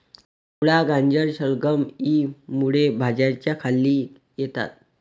मुळा, गाजर, शलगम इ मूळ भाज्यांच्या खाली येतात